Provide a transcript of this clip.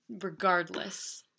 regardless